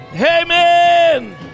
amen